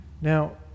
Now